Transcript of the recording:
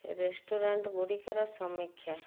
ରେଷ୍ଟୁରାଣ୍ଟଗୁଡ଼ିକର ସମୀକ୍ଷା